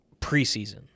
preseason